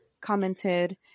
commented